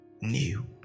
new